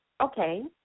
Okay